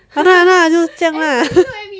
!alah! !alah! 就是这样 lah